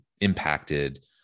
impacted